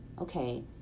okay